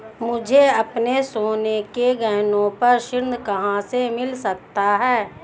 मुझे अपने सोने के गहनों पर ऋण कहां से मिल सकता है?